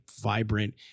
vibrant